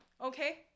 Okay